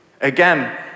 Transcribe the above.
Again